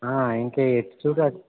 ఇంక